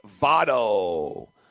Votto